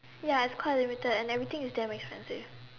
ya it's quite limited and everything is damn expensive